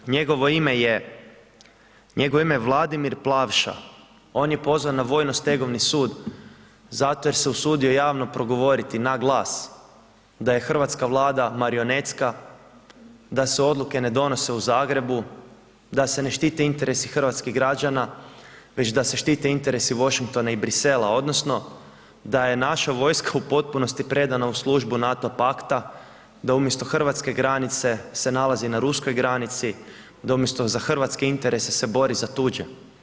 Njegovo ime je, njegovo ime je Vladimir Plavša on je pozvan na Vojno-stegovni sud zato jer se usudio javno progovoriti na glas da je Hrvatska vlada marionetska, da se odluke ne donose u Zagrebu, da se ne štite interesi hrvatskih građana već da se štite interesi Washingtona i Bruxellesa odnosno da je naša vojska u potpunosti predana u službu NATO pakta, da umjesto Hrvatske granice se nalazi na Ruskoj granici, da umjesto za hrvatske interese se bori za tuđe.